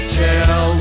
tell